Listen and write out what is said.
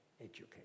education